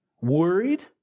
worried